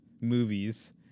movies